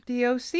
DOC